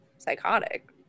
psychotic